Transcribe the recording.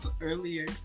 earlier